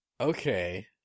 Okay